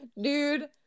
dude